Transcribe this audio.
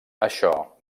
això